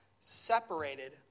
separated